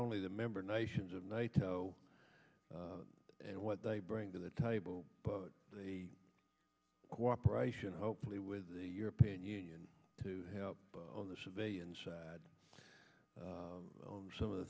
only the member nations of nato and what they bring to the table but the cooperation hopefully with the european union to help on the civilian side on some of the